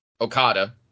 Okada